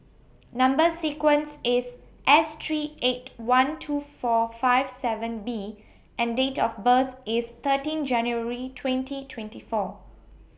Number sequence IS S three eight one two four five seven B and Date of birth IS thirteen January twenty twenty four